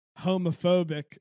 homophobic